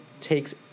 takes